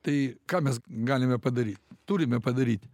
tai ką mes galime padaryt turime padaryt